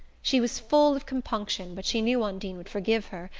she was full of compunction, but she knew undine would forgive her,